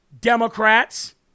Democrats